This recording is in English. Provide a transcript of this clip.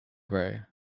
grey